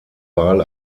wahl